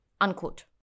Unquote